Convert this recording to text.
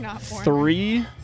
three